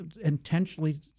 intentionally